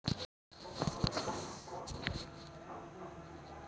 मोसंबीची पॅकेजिंग वाहतूक कशाप्रकारे करता येईल?